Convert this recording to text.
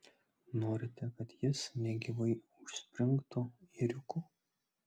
norite kad jis negyvai užspringtų ėriuku